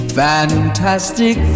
fantastic